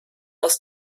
aus